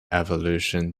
evolution